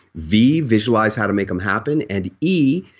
v, visualize how to make them happen and e,